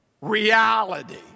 reality